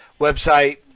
website